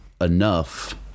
enough